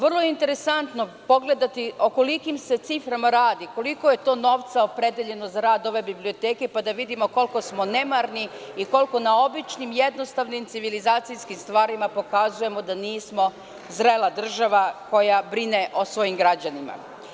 Vrlo je interesantno pogledati o kolikim se ciframa radi, koliko je to novca opredeljeno za radove ove biblioteke pa da vidimo koliko smo nemarni i koliko na običnim, jednostavnim civilizacijskim stvarima pokazujemo da nismo zrela država koja brine o svojim građanima.